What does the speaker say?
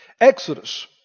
Exodus